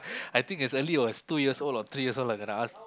I think as early was two years old or three years old I gonna ask